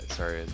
Sorry